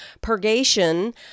purgation